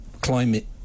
climate